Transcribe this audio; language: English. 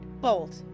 Bold